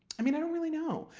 i mean, i don't really know.